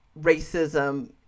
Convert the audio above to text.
racism